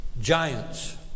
Giants